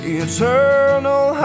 eternal